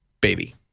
baby